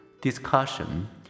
discussion